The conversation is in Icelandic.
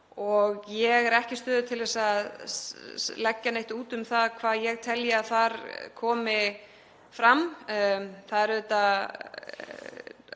og ég er ekki í stöðu til að segja neitt um það hvað ég telji að þar komi fram. Það hafa